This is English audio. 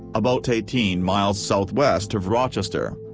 about eighteen miles southwest of rochester.